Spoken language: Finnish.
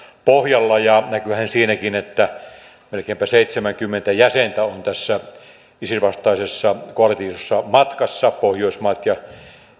pohjalla ja näkyyhän se siinäkin että melkeinpä seitsemänkymmentä jäsentä on tässä isis vastaisessa koalitiossa matkassa pohjoismaat ja